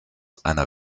einer